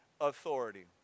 authority